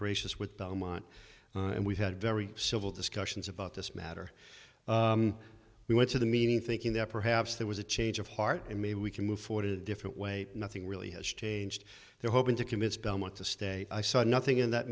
gracious with belmont and we've had very civil discussions about this matter we went to the meeting thinking that perhaps there was a change of heart and maybe we can move forward a different way nothing really has changed there hoping to commits belmont to stay i saw nothing in that